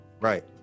Right